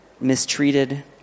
mistreated